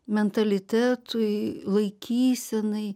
mentalitetui laikysenai